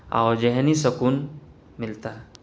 اور ذہنی سکون ملتا ہے